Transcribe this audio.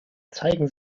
zeigen